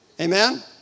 Amen